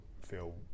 feel